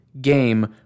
game